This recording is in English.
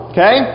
Okay